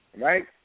right